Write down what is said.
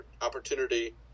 opportunity